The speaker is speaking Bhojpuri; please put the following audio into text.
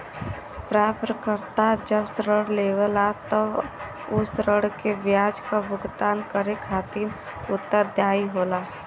प्राप्तकर्ता जब ऋण लेवला तब उ ऋण पे ब्याज क भुगतान करे खातिर उत्तरदायी होला